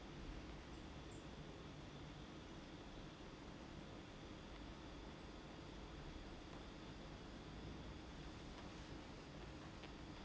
uh